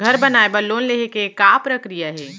घर बनाये बर लोन लेहे के का प्रक्रिया हे?